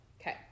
Okay